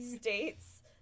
states